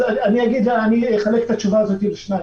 אני אחלק את התשובה הזאת לשניים.